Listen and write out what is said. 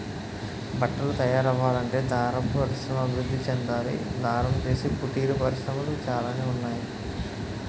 బట్టలు తయారవ్వాలంటే దారపు పరిశ్రమ అభివృద్ధి చెందాలి దారం చేసే కుటీర పరిశ్రమలు చాలానే ఉన్నాయి